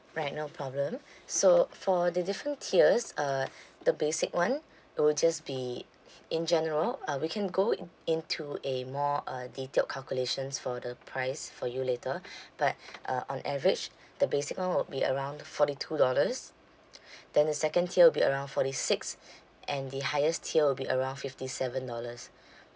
right no problem so for the different tiers uh the basic one will just be in general uh we can go in into a more uh detailed calculations for the price for you later but uh on average the basic one would be around forty two dollars then the second tier will be around forty six and the highest tier will be around fifty seven dollars